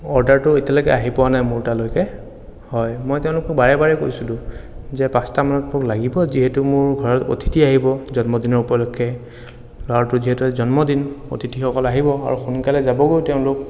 অৰ্ডাৰটো এতিয়ালৈকে আহি পোৱা নাই মোৰ তালৈকে হয় মই তেওঁলোকক বাৰে বাৰে কৈছিলোঁ যে পাঁচটামানত মোক লাগিব যিহেতু মোৰ ঘৰত অতিথি আহিব জন্মদিন উপলক্ষে ল'ৰাটোৰ যিহেতু জন্মদিন অতিথিসকল আহিব আৰু সোনকালে যাবগৈ তেওঁলোক